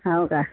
हो का